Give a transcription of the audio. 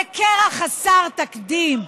זה קרע חסר תקדים.